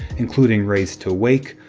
including raise to wake,